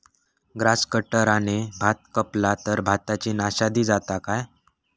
Grass कटराने भात कपला तर भाताची नाशादी जाता काय?